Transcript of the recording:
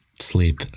sleep